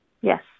Yes